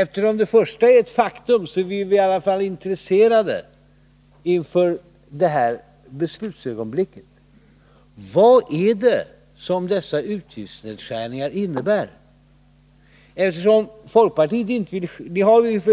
Eftersom den första fasen är ett faktum, är vi inför detta beslutsögonblick i alla fall intresserade av att få veta vad dessa utgiftsnedskärningar innebär. Vi